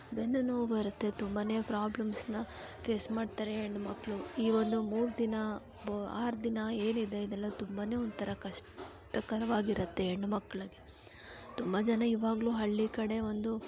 ಬೆನ್ನು ನೋವು ಬರುತ್ತೆ ತುಂಬ ಪ್ರಾಬ್ಲಮ್ಸ್ನ ಫೇಸ್ ಮಾಡ್ತಾರೆ ಹೆಣ್ಣು ಮಕ್ಕಳು ಈ ಒಂದು ಮೂರು ದಿನ ಬ ಆರು ದಿನ ಏನಿದೆ ಇದೆಲ್ಲ ತುಂಬ ಒಂಥರ ಕಷ್ಟಕರವಾಗಿರುತ್ತೆ ಹೆಣ್ಣು ಮಕ್ಕಳಿಗೆ ತುಂಬ ಜನ ಇವಾಗಲೂ ಹಳ್ಳಿ ಕಡೆ ಒಂದು